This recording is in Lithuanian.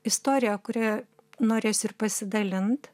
istoriją kuria norėsiu ir pasidalint